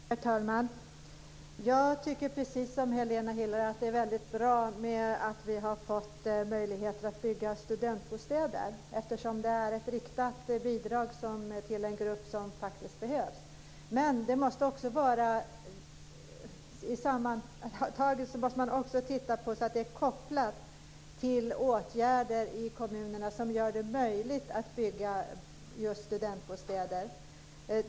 Herr talman! Jag tycker precis som Helena Hillar Rosenqvist att det är bra att vi har fått möjligheter att bygga studentbostäder eftersom det är ett riktat bidrag till en grupp som faktiskt behövs. Men sammantaget måste man också titta på att det är kopplat till åtgärder i kommunerna som gör det möjligt att bygga just studentbostäder.